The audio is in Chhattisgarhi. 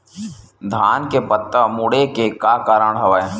धान के पत्ता मुड़े के का कारण हवय?